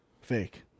Fake